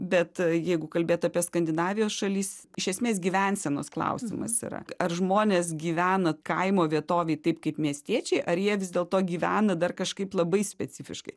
bet jeigu kalbėt apie skandinavijos šalis iš esmės gyvensenos klausimas yra ar žmonės gyvena kaimo vietovėj taip kaip miestiečiai ar jie vis dėlto gyvena dar kažkaip labai specifiškai